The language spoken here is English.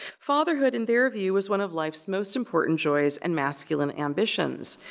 fatherhood in their view was one of life's most important joys and masculine ambitions.